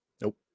Nope